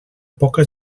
poca